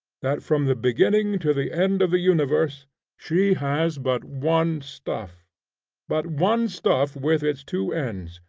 that from the beginning to the end of the universe she has but one stuff but one stuff with its two ends,